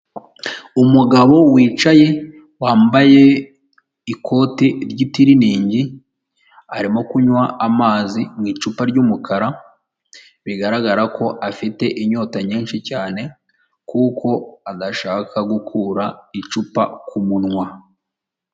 Umugabo wicaye wambaye ikote ry'itiriningi, arimo kunywa amazi mu icupa ry'umukara bigaragara ko afite inyota nyinshi cyane, kuko adashaka gukura icupa ku kumunwa.